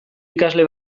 ikasle